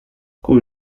kuj